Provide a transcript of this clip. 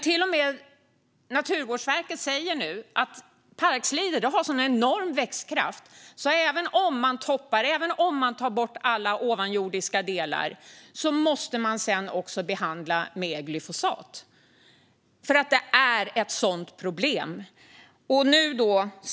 Till och med Naturvårdsverket säger nu att parkslide har en sådan enorm växtkraft att även om man toppar och tar bort alla ovanjordiska delar måste man sedan också behandla med glyfosat, för det här är ett sådant stort problem.